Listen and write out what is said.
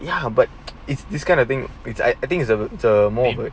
ya but it's this kind of thing it's I think it's a more of